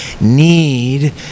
need